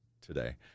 today